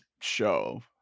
show